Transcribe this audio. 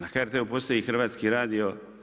Na HRT-u postoji Hrvatski radio.